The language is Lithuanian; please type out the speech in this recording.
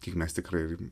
tai mes tikrai